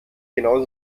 genau